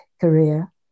career